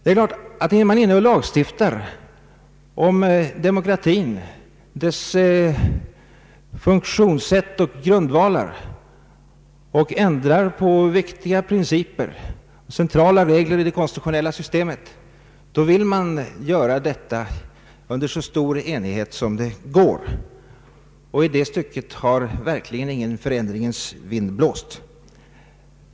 När man lagstiftar om demokratier, dess funktionssätt och grundvalar, när man ändrar på viktiga principer och centrala regler i det konstitutionella systemet, vill man göra detta under så stor enighet som möjligt. I det stycket har verkligen ingen förändringens vind blåst.